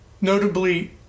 notably